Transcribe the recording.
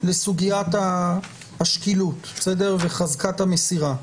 לסוגיית השקילות וחזקת המסירה.